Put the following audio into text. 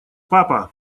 папа